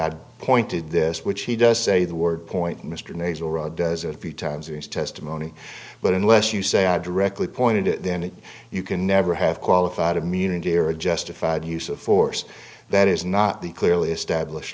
i pointed this which he does say the word point mr nasal road does a few times in his testimony but unless you say i directly pointed to then it you can never have qualified immunity or a justified use of force that is not the clearly establish